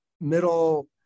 middle